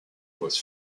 was